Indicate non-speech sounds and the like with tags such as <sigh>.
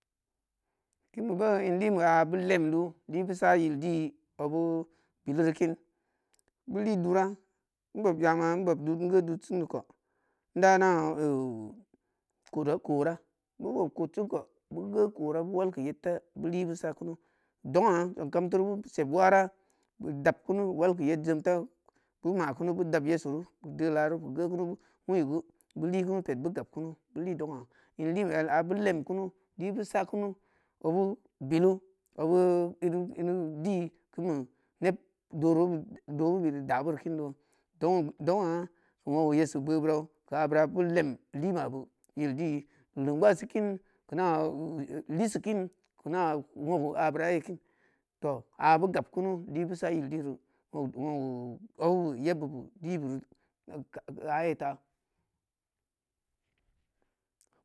Kin beu boo in lin beya beu lemdu li beu sa yildi obeu biliri kin beu li dura i bob dud in geu dudsen di kou inda nah <hesitation> koda kora beu bob kodsen kou beu geu kora beu wal keuu yidta beu li beu sa ku dong’a zong kam turu geu beu seb wara beu deb kunu beu wal keu yed jemta beu jeb kunu beu wal keu yed jemta beu ma kunu beu dab yeriru beu de laru beu geu kunu ‘uuyi geu beu de laru beu geu kunu ‘uyi geu beu likunu ped beu gab kunu beu li dong’a in linyel abu lem kumu li beu sakunu obeu bilu obeu <hesitation> di kin beu neb dori beud dohbeu beuri ida beuri indo dong dong’a keu woogeu yesi boo beurau keu abura beu lem lima be yil di keu leng’ gbasikin ikeu na <hesitation> lisikin keuna woogeu aburaye kin tooh abu gab kunu libeu sa yil diri now <hesitation> woogeu obeube yebbubu dibeuri ayeta